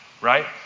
right